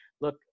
Look